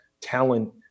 talent